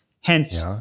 hence